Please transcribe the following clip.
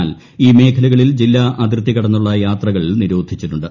എന്നാൽ ഈ മേഖലകളിൽ ജില്ലാ ്ക് അതിർത്തി കടന്നുള്ള യാത്രകൾ നിരോധിച്ചിട്ടുണ്ട്